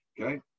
Okay